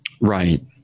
Right